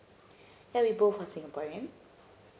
ya we both are singaporean